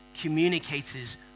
communicators